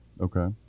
Okay